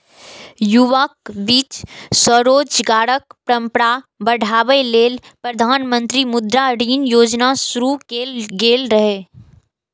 युवाक बीच स्वरोजगारक परंपरा बढ़ाबै लेल प्रधानमंत्री मुद्रा ऋण योजना शुरू कैल गेल रहै